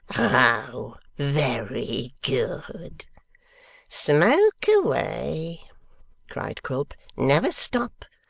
oh! very good smoke away cried quilp. never stop!